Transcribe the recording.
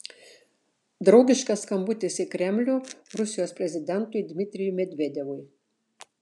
draugiškas skambutis į kremlių rusijos prezidentui dmitrijui medvedevui